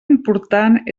important